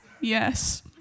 Yes